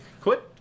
Quit